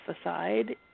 aside